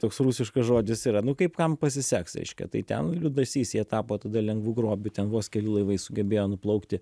toks rusiškas žodis yra nu kaip kam pasiseks reiškia tai ten liūdesys jie tapo tada lengvu grobiu ten vos keli laivai sugebėjo nuplaukti